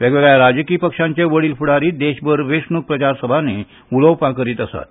वेगवेगळ्या राजकी पक्षांचे वडील फूडारी देशभर वेंचणूक प्रचारसभांनी उलोवपां करीत आसात